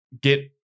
get